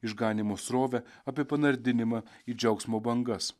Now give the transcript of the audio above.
išganymo srovę apie panardinimą į džiaugsmo bangas